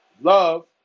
Love